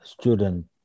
student